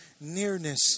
nearness